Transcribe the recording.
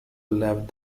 left